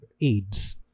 AIDS